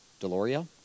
Deloria